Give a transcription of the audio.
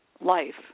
life